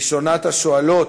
ראשונת השואלים,